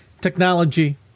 Technology